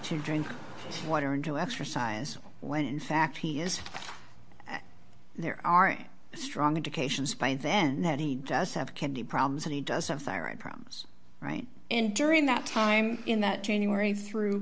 to drink water and to exercise when in fact he is there are strong indications by then that he does have kidney problems and he does have thyroid problems right and during that time in that january through